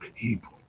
people